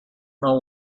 know